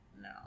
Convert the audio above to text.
No